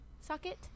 socket